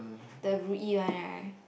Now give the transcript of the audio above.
the Ru Yi one right